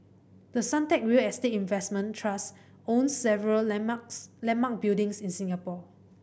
the Suntec real estate investment trust owns several landmarks landmark buildings in Singapore